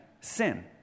Sin